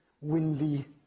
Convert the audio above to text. windy